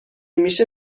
میشه